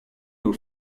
aux